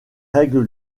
règles